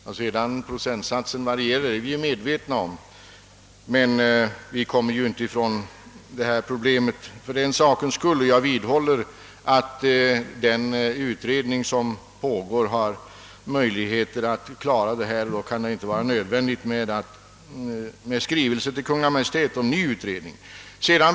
Att sedan procentsatserna varierar är vi medvetna om, men vi kommer inte från problemet för den sakens skull. Jag vidhåller att den utredning som pågår har möjligheter att klara denna sak, och då kan det inte vara nödvändigt att skriva till Kungl. Maj:t för att begära en ny utredning.